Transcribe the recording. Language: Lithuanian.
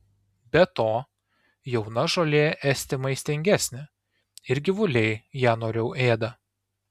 be to jauna žolė esti maistingesnė ir gyvuliai ją noriau ėda